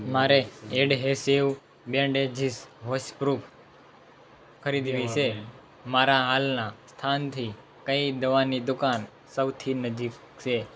મારે adhesive bandages wash proof ખરીદવી છે મારા હાલના સ્થાનથી કઈ દવાની દુકાન સૌથી નજીક છે